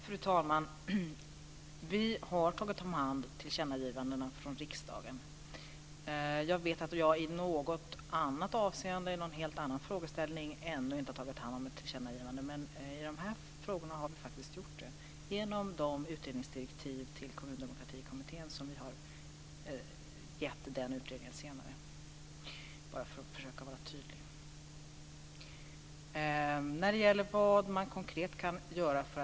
Fru talman! Vi har tagit hand om tillkännagivandena från riksdagen. Jag vet att jag i något annat avseende i någon helt annan fråga ännu inte har tagit hand om ett tillkännagivande, men i de här frågorna har vi faktiskt gjort det genom de utredningsdirektiv som vi har gett till Kommundemokratikommittén. Detta var ett försök att vara tydlig.